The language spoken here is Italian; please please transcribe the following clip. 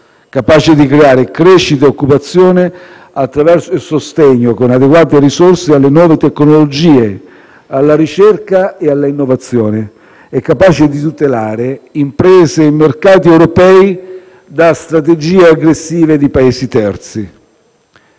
capace di creare crescita e occupazione attraverso il sostegno, con adeguate risorse, alle nuove tecnologie, alla ricerca e all'innovazione e capace di tutelare imprese e mercati europei da strategie aggressive di Paesi terzi.